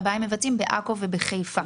שהבהאיים מבצעים בעכו ובחיפה.